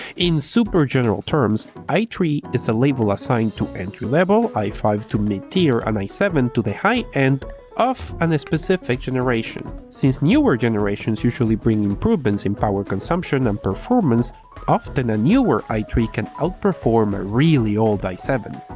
in super general terms, i three is a label assigned to entry-level, i five to mid-tier and i seven to the high end of and a specific generation. since newer generations usually bring improvements in power consumption and performance often a newer i three can outperform a really old i seven.